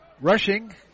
Rushing